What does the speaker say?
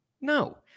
No